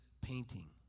painting